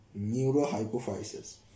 neurohypophysis